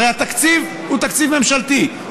הרי התקציב הוא תקציב ממשלתי,